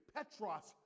Petros